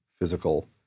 physical